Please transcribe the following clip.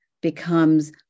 becomes